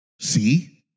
See